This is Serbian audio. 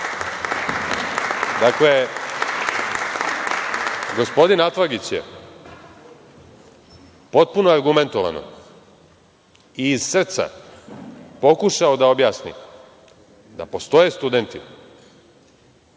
rada. Gospodin Atlagić je, potpuno argumentovano i iz srca, pokušao da objasni da postoje studenti